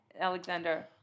Alexander